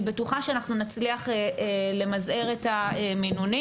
אני בטוחה שאנחנו נצליח למזער את המינונים.